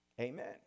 Amen